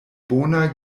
bona